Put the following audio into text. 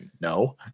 no